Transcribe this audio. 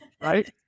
Right